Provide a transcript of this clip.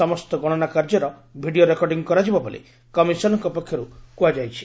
ସମସ୍ତ ଗଣନା କାର୍ଯ୍ୟର ଭିଡ଼ିଓ ରେକର୍ଡିଂ କରାଯିବ ବୋଲି କମିଶନଙ୍କ ପକ୍ଷରୁ କୁହାଯାଇଛି